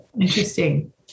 Interesting